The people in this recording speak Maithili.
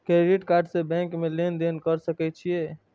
क्रेडिट कार्ड से बैंक में लेन देन कर सके छीये?